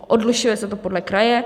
Odlišuje se to podle kraje.